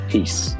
Peace